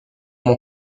mon